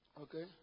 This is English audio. Okay